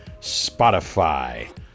Spotify